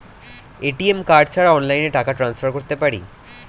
ATM card ছাড়া অনলাইনে টাকা টান্সফার করতে পারি?